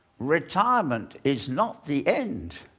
retirement is not the end,